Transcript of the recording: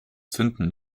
zünden